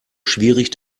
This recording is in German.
schwierig